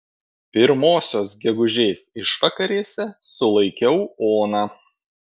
pirmosios gegužės išvakarėse sulaikiau oną